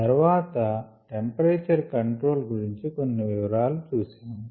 తర్వాత temperature control గురించి కొన్ని వివరాలు చూశాము